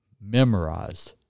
memorized